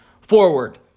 forward